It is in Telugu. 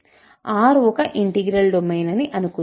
R ఒక ఇంటిగ్రల్ డొమైన్ అని అనుకుందాం